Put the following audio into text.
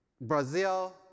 Brazil